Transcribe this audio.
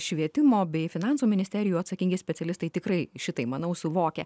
švietimo bei finansų ministerijų atsakingi specialistai tikrai šitai manau suvokia